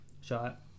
shot